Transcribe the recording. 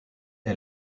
est